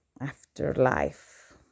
afterlife